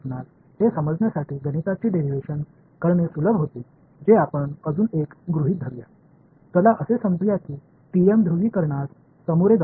ஆகவே நிகழும் கணித வழித்தோன்றலை எளிதாக்குவதை நீங்கள் அறிவீர்கள் மேலும் ஒரு அனுமானத்தை செய்வோம் TM போலாரிசஷன்ஸை கையாள்வோம் TE ஐயும் செய்யலாம் ஆனால் TM போலாரிசஷன்ஸ் தொடங்குவோம்